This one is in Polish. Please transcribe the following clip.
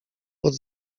pod